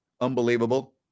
Unbelievable